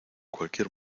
cualquier